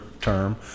term